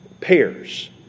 pairs